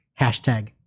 Hashtag